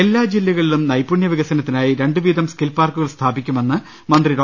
എല്ലാ ജില്ലകളിലും നൈപുണ്യവികസനത്തിനായി രണ്ടുവീതം സ്കിൽ പാർക്കുകൾ സ്ഥാപിക്കുമെന്ന് മന്ത്രി ഡോ